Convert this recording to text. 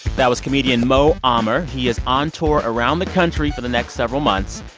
that was comedian mo ah amer. he is on tour around the country for the next several months,